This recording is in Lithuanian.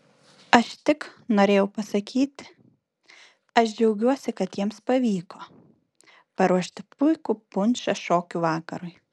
aš tik norėjau pasakyti aš džiaugiuosi kad jiems pavyko paruošti puikų punšą šokių vakarui